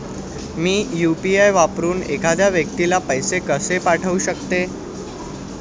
मी UPI वापरून एखाद्या व्यक्तीला पैसे कसे पाठवू शकते?